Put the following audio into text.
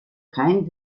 kein